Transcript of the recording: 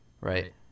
right